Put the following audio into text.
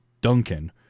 Duncan